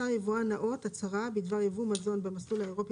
מסר היבואן הנאות הצהרה בדבר יבוא מזון במסלול האירופי